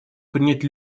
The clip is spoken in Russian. принять